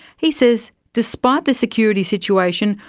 he says despite the security situation,